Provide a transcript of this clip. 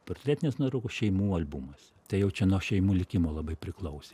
portretinės nuotraukos šeimų albumuose tai jau čia nuo šeimų likimo labai priklausė